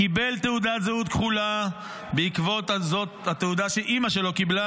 הוא קיבל תעודת זהות כחולה בעקבות התעודה שאימא שלו קיבלה.